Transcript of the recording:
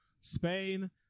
Spain